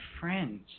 friends